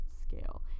scale